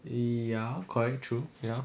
ya correct true ya